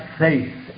faith